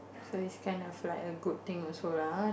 so it kind of like a good thing also lah [huh]